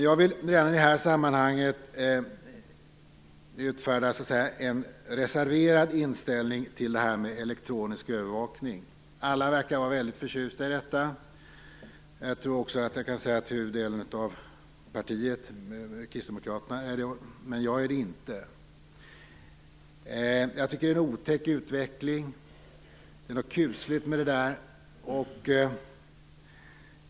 Jag vill i det här sammanhanget utfärda en reserverad inställning till det här med elektronisk övervakning. Alla verkar vara väldigt förtjusta i den. Jag tror att också merparten hos Kristdemokraterna är för sådan övervakning, men inte jag. Det är en otäck utveckling. Det finns något kusligt över detta.